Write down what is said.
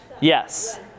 yes